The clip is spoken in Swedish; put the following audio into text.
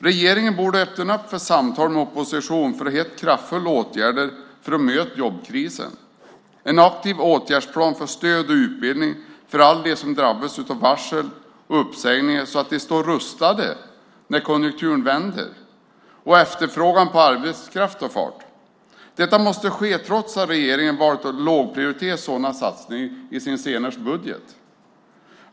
Regeringen borde öppna för samtal med oppositionen för att hitta kraftfulla åtgärder för att möta jobbkrisen - en aktiv åtgärdsplan för stöd och utbildning för alla som drabbas av varsel och uppsägningar så att de står rustade när konjunkturen vänder och efterfrågan på arbetskraft tar fart. Detta måste ske trots att regeringen har valt att lågprioritera sådana satsningar i sin senaste budget.